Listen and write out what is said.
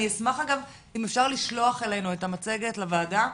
אשמח, אגב, אם אפשר לשלוח אלינו את המצגת לוועדה.